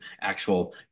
actual